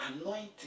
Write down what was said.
anointing